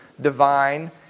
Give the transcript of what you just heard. divine